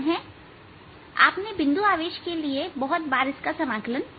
आपने बिंदु आवेश के लिए बहुत बहुत बार इसका समाकलन किया है